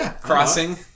crossing